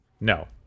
No